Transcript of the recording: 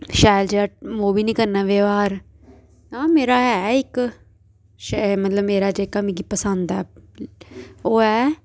शैल जेहा मूंह् बी नी करना व्यवहार हां मेरा ऐ इक शै मतलब मेरा जेह्का मिगी पसंद ऐ ओह् ऐ